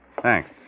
Thanks